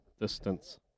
distance